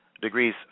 degrees